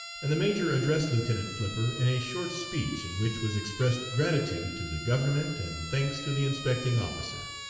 and the major addressed lieutenant flipper in a short speech, in which was expressed gratitude to the government and thanks to the inspecting officer.